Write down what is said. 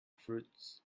fruits